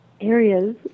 areas